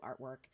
artwork